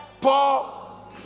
Paul